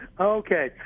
Okay